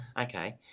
Okay